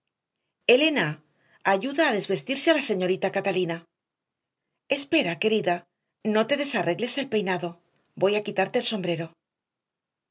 elena ayuda a desvestirse a la señorita catalina espera querida no te desarregles el peinado voy a quitarte el sombrero